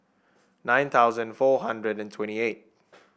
nine thousand four hundred and twenty eight